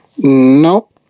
No